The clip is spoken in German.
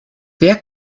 wer